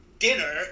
dinner